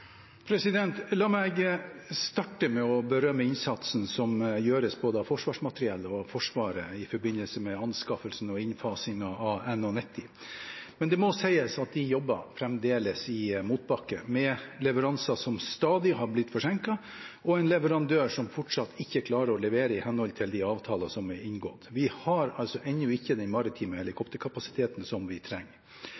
La meg starte med å berømme innsatsen som gjøres både av Forsvarsmateriell og Forsvaret i forbindelse med anskaffelsen og innfasingen av NH90. Men det må sies at de fremdeles jobber i motbakke med leveranser som stadig har blitt forsinket, og med en leverandør som fortsatt ikke klarer å levere i henhold til de avtaler som er inngått. Vi har altså ennå ikke den maritime